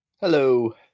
Hello